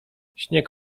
śnieg